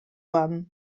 wan